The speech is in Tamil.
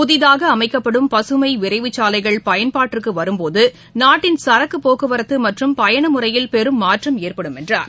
புதிதாகஅமைக்கப்படும் பசுமைவிரைவுச்சாலைகள் பயன்பாட்டிற்குவரும்போது நாட்டன் சரக்குபோக்குவரத்துமற்றும் பயணமுறையில் பெரும் மாற்றம் ஏற்படும் என்றார்